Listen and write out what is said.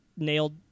nailed